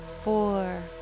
four